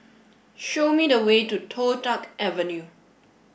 show me the way to Toh Tuck Avenue